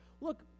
Look